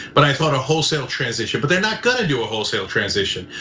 but i thought a wholesale transition, but they're not gonna do a wholesale transition.